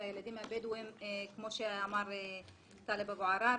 והילדים הבדואים כמו שאמר טלב אבו עראר,